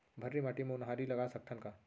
भर्री माटी म उनहारी लगा सकथन का?